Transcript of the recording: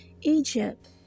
Egypt